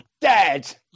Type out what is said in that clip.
dead